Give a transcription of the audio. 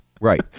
Right